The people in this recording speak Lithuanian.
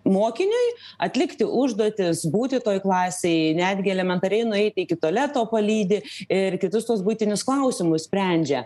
mokiniui atlikti užduotis būti toj klasėj netgi elementariai nueiti iki tualeto palydi ir kitus tuos buitinius klausimus sprendžia